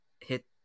hit